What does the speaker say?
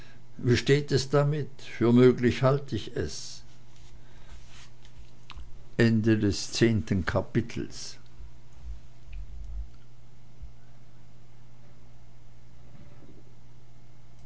wie steht es damit für möglich halt ich es